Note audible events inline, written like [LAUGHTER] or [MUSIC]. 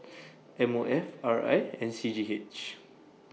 [NOISE] M O F R I and C G H